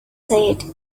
said